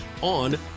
on